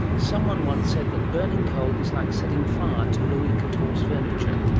someone once said that burning coal is like setting fire to louis quatorze's furniture.